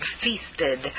feasted